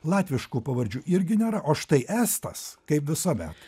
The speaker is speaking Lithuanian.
latviškų pavardžių irgi nėra o štai estas kaip visuomet